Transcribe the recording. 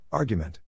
Argument